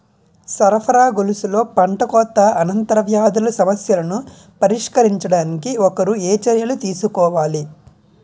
సరఫరా గొలుసులో పంటకోత అనంతర వ్యాధుల సమస్యలను పరిష్కరించడానికి ఒకరు ఏ చర్యలు తీసుకోవాలి?